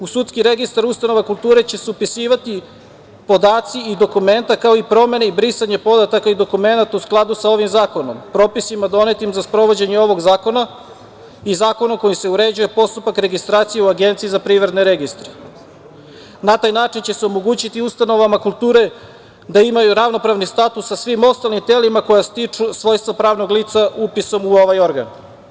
U sudski registar ustanova kulture će se upisivati podaci i dokumenta, kao i promena i brisanje podataka i dokumenata u skladu sa ovim zakonom, propisima donetim za sprovođenje ovog zakona i zakonom kojim se uređuje postupak administracije u APR. Na taj način će se omogućiti ustanovama kulture da imaju ravnopravni status sa svim ostalim telima koja stiču svojstvo pravnih lica upisom u ovaj organ.